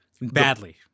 Badly